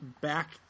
back